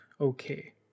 okay